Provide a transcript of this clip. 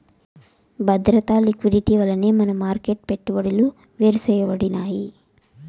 బద్రత, లిక్విడిటీ వల్లనే money market పెట్టుబడులు వేరుసేయబడినాయి